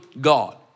God